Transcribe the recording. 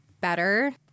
better